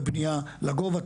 בבנייה לגובה,